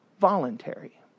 voluntary